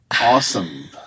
Awesome